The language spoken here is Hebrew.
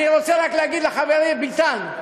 אני רוצה רק להגיד לחברי ביטן,